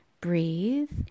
breathe